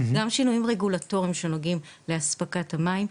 גם של שינויים רגולטורים שנוגעים לאספקת המים,